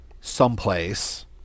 someplace